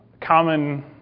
common